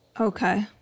Okay